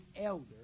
elder